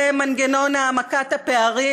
זה מנגנון העמקת הפערים.